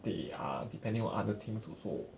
they are depending on other things also